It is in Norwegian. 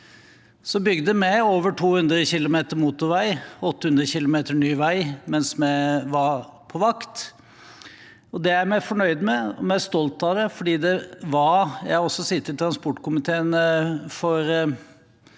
Så bygde vi over 200 kilometer motorvei og 800 kilometer ny vei mens vi var på vakt, og det er vi fornøyd med og stolt av. Jeg har også sittet i transportkomiteen,